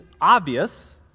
obvious